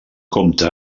compta